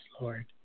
Lord